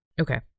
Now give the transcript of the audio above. Okay